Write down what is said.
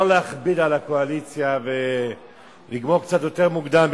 לא להכביד על הקואליציה ולגמור קצת יותר מוקדם,